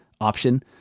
option